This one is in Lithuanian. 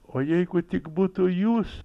o jeigu tik būtų jūs